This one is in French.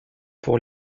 pour